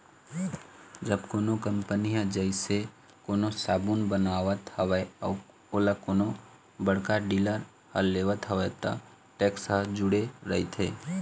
जब कोनो कंपनी ह जइसे कोनो साबून बनावत हवय अउ ओला कोनो बड़का डीलर ह लेवत हवय त टेक्स ह जूड़े रहिथे